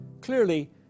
Clearly